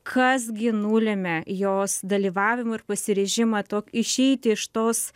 kas gi nulemia jos dalyvavimą ir pasiryžimą to išeiti iš tos